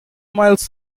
miles